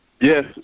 Yes